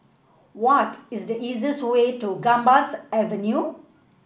what is the easiest way to Gambas Avenue